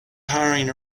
hiring